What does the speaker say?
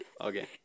Okay